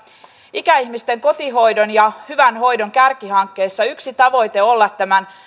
ikäihmisten kotihoidon ja hyvän hoidon kärkihankkeessa yksi tavoite olla tämän